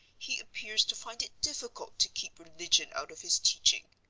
he appears to find it difficult to keep religion out of his teaching.